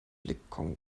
republik